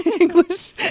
English